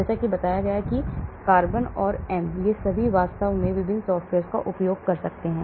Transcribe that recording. जैसा कि मैंने कहा कि C or M वे सभी वास्तव में विभिन्न सॉफ़्टवेयर का उपयोग कर रहे हैं